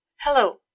Hello